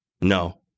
No